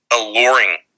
alluring